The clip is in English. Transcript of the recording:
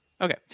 Okay